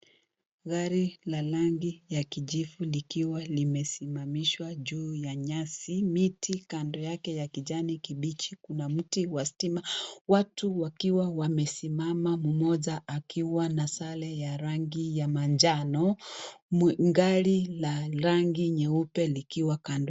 Gari la rangi ya kijivu likiwa imesimamishwa juu ya nyasi. Miti kando yake ya kijani kibichi. Kuna mti wa stima. Watu wakiwa wamesimama, mmoja akiwa na sare ya rangi ya manjano. Gari la rangi nyeupe likiwa kando.